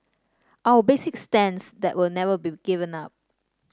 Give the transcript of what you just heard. our basic stance that will never be given up